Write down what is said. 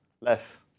less